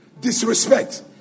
disrespect